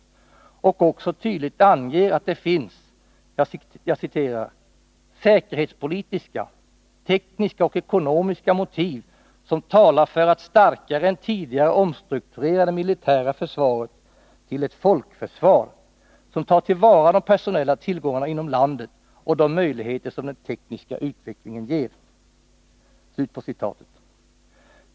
De anger också tydligt att ”säkerhetspolitiska, tekniska och ekonomiska motiv talar för att starkare än tidigare omstrukturera det militära försvaret till ett folkförsvar, som tar till vara de personella tillgångarna inom landet och de möjligheter som den tekniska utvecklingen ger”.